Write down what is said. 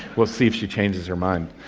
we'll see if she changes her mind.